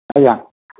ଆଜ୍ଞା